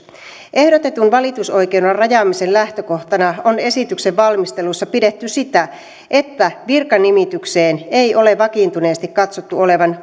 ehdotetun valitusoikeuden rajaamisen lähtökohtana on esityksen valmisteluissa pidetty sitä että virkanimitykseen ei ole vakiintuneesti katsottu olevan